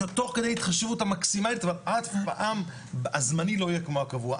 זאת תוך כדי ההתחשבות המקסימאלית ואף פעם הזמני לא יהיה כמו הקבוע,